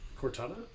Cortana